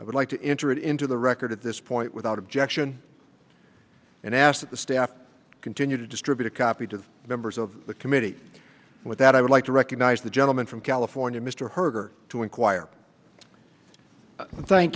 i would like to enter it into the record at this point without objection and ask that the staff continue to distribute a copy to the members of the committee with that i would like to recognize the gentleman from california mr herder to inquire thank